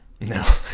No